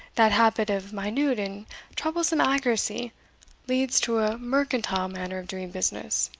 that habit of minute and troublesome accuracy leads to a mercantile manner of doing business,